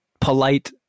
polite